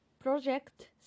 Project